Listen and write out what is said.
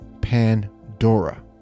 pandora